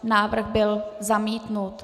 Návrh byl zamítnut.